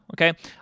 Okay